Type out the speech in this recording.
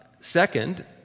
Second